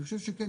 אני חושב שכן,